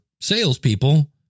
salespeople